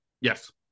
Yes